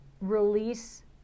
release